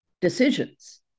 decisions